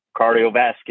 cardiovascular